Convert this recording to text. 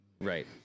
Right